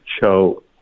show